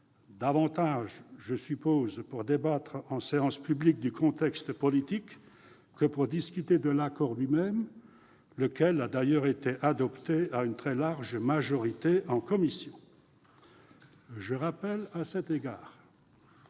Je rappelle, à cet égard,